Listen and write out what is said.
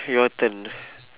K your turn